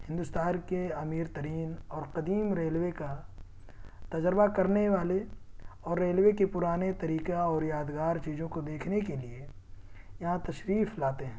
ہندوستان کے امیر ترین اور قدیم ریل وے کا تجربہ کرنے والے اور ریل وے کے پرانے طریقہ اور یادگار چیزوں کو دیکھنے کے لیے یہاں تشریف لاتے ہیں